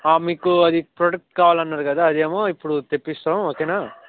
మీకు అది ప్రోడక్ట్ కావాలి అన్నారు కదా అదేమో ఇప్పుడు తెప్పిస్తాము ఓకేనా